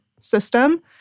system